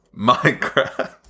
Minecraft